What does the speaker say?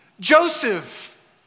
Joseph